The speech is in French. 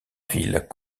villes